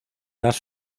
las